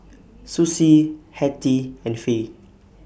Sussie Hattie and Fay